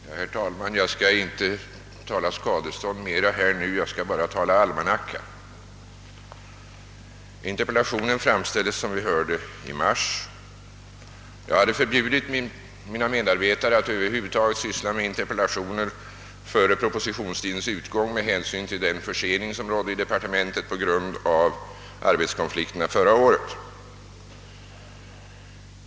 Herr talman! Jag skall inte mera tala skadestånd. Jag skall bara tala almanacka. Interpellationen framställdes, som vi hörde, i mars. Jag hade förbjudit mina medarbetare att över huvud taget syssla med interpellationer före propositionstidens utgång med hänsyn till den försening som rådde i departementet på grund av arbetskonflikterna förra året.